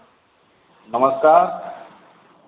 नमस्कार